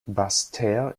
basseterre